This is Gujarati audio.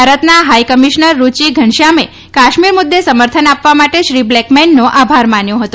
ભારતના હાઈકમિશનર રૂચી ઘનશ્યામે કાશ્મીર મુદ્દે સમર્થન આપવા માટે શ્રી બ્લેકમેનનો આભાર માન્યો હતો